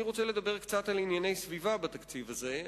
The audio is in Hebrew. אני רוצה לדבר קצת על ענייני סביבה בתקציב הזה.